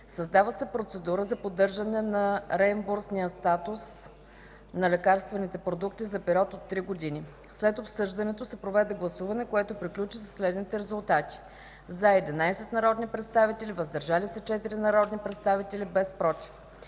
Създава се процедура за поддържане на реимбурсния статус на лекарствените продукти за период от три години. След обсъждането се проведе гласуване, което приключи със следните резултати: „за” – 11 народни представители, „въздържали се” – 4 народни представители, без „против”.